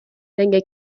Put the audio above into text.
لنگه